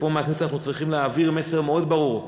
ומהכנסת אנחנו צריכים להעביר מסר מאוד ברור,